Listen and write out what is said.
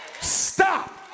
stop